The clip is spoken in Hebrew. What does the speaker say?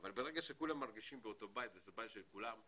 אבל ברגע שכולם מרגישים באותו בית וזה בית של כולם,